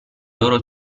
loro